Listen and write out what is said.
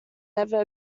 never